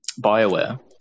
Bioware